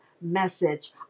message